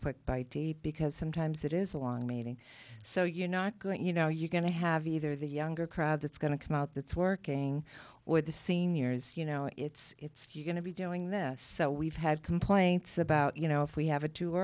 quick bite to eat because sometimes it is a long meeting so you're not going you know you're going to have either the younger crowd that's going to come out that's working or the seniors you know it's it's going to be doing this so we've had complaints about you know if we have a too